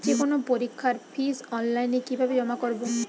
যে কোনো পরীক্ষার ফিস অনলাইনে কিভাবে জমা করব?